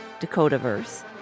Dakotaverse